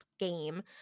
game